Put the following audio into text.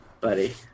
buddy